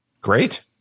Great